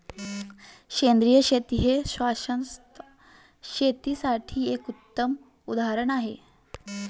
सेंद्रिय शेती हे शाश्वत शेतीसाठी एक उत्तम उदाहरण आहे